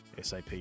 SAP